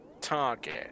target